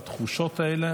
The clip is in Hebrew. בתחושות של הציבור.